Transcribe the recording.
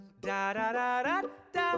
Da-da-da-da-da